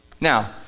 Now